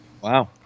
Wow